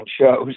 shows